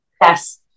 Yes